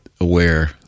aware